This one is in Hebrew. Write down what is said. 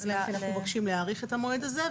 אנחנו מבקשים להאריך את המועד הזה,